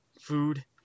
food